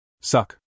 Suck